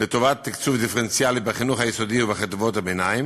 לטובת תקצוב דיפרנציאלי בחינוך היסודי ובחטיבות הביניים,